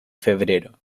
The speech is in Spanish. febrero